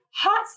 Hot